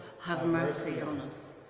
have mercy on us.